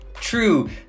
true